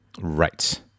Right